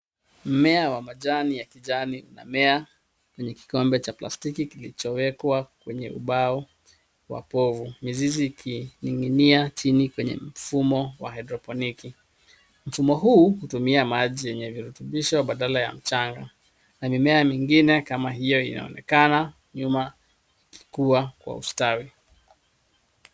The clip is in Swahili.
Mmea wa majani ya kijani unamea kwenye kikombe cha plastiki kilichowekwa kwenye ubao wa povu mizizi ikining'inia chini kwenye mfumo wa hydroponic .Mfumo huu hutumia maji yenye virutubisho badala ya mchanga na mimea mingine kama hio inaonekana nyuma ikikua kwa ustawi.